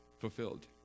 fulfilled